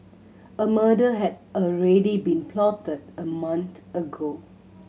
a murder had already been plotted a month ago